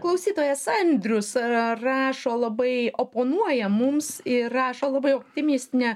klausytojas andrius rašo labai oponuoja mums ir rašo labai optimistinę